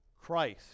Christ